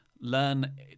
learn